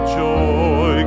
joy